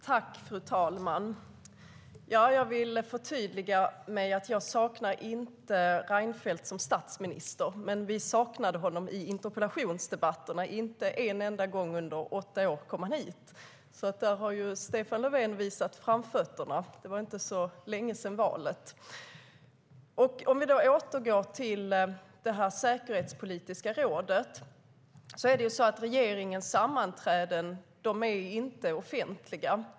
Fru talman! Jag vill förtydliga det jag sa: Jag saknar inte Reinfeldt som statsminister, men vi saknade honom i interpellationsdebatterna. Inte en enda gång under åtta år kom han hit. Där har Stefan Löfven visat framfötterna; det var ju inte så länge sedan valet. Om vi återgår till det säkerhetspolitiska rådet är det så att regeringens sammanträden inte är offentliga.